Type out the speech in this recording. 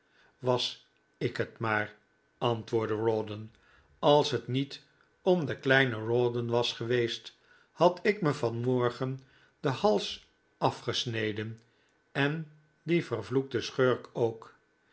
was ik het maar antwoordde rawdon als het niet om den kleinen rawdon was geweest had ik me van morgen den hals afgesneden en dien vervloekten schurk ook